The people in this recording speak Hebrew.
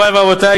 מורי ורבותי,